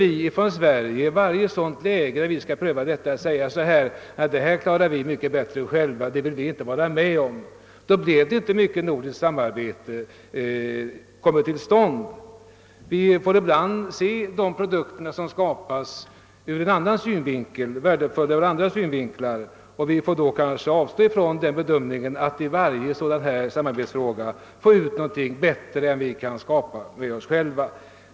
Om vi från Sverige varje gång en sådan fråga skall prövas skulle säga att vi klarar det hela mycket bättre själva, skulle det inte bli mycket av nordiskt samarbete. Vi får ibland tänka på att de produkter som skapas är värdefulla ur andra synvinklar, och vi får inte ha inställningen att vi i varje samarbetsfråga skall få ut något som är bättre än det vi kan skapa själva.